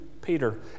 Peter